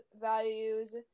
values